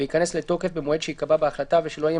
וייכנס לתוקף במועד שייקבע בהחלטה ושלא יהיה